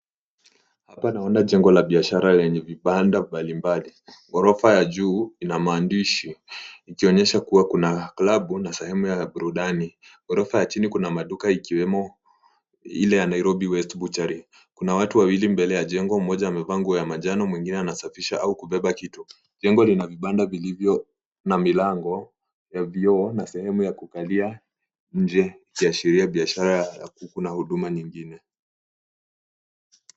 Hapa naona jengo la biashara lenye vibanda mbalimbali. Ghorofa ya juu ina maandishi ikionyesha kuwa kuna klabu na sehemu ya burudani. Ghorofa ya chini kuna maduka ikiwemo Ile ya Nairobi West butchery . Kuna watu wawili mbele ya jengo mmoja amevaa nguo ya manjano mwengine anasafisha au kubeba kitu. Jengo lina vibanda vilivyo na milango na vioo na sehemu ya kukalia nje ikiashiria biashara ya kuku na huduma nyingine.